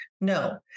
No